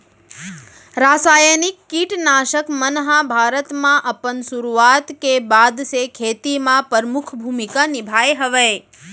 रासायनिक किट नाशक मन हा भारत मा अपन सुरुवात के बाद से खेती मा परमुख भूमिका निभाए हवे